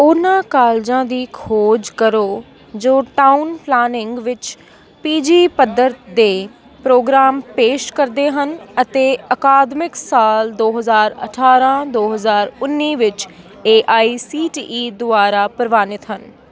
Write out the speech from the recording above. ਉਹਨਾਂ ਕਾਲਜਾਂ ਦੀ ਖੋਜ ਕਰੋ ਜੋ ਟਾਊਨ ਪਲਾਨਿੰਗ ਵਿੱਚ ਪੀ ਜੀ ਪੱਧਰ ਦੇ ਪ੍ਰੋਗਰਾਮ ਪੇਸ਼ ਕਰਦੇ ਹਨ ਅਤੇ ਅਕਾਦਮਿਕ ਸਾਲ ਦੋ ਹਜ਼ਾਰ ਅਠਾਰਾਂ ਦੋ ਹਜ਼ਾਰ ਉੱਨੀ ਵਿੱਚ A I C T E ਦੁਆਰਾ ਪ੍ਰਵਾਨਿਤ ਹਨ